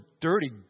dirty